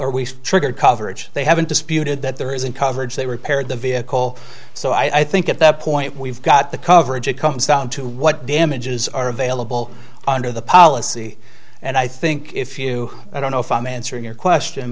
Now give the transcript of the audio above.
poller we triggered coverage they haven't disputed that there isn't coverage they repaired the vehicle so i think at that point we've got the coverage it comes down to what damages are available under the policy and i think if you i don't know if i'm answering your question